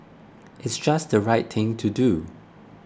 it's just the right thing to do